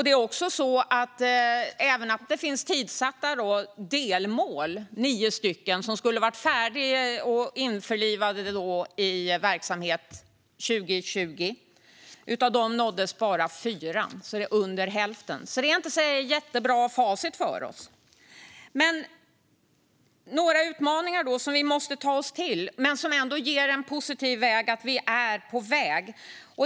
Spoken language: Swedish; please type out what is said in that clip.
Det finns även 9 tidssatta delmål som skulle ha varit färdiga och införlivade i verksamhet 2020. Av dem nåddes bara 4, det vill säga mindre än hälften. Det är inte ett jättebra facit för oss. Det finns några utmaningar som vi måste ta oss an men som ändå ger en positiv bild av att vi är på väg.